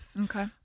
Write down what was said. Okay